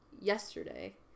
yesterday